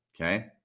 Okay